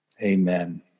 Amen